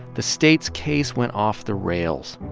the state's case went off the rails.